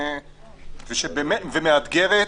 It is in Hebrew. ומאתגרת.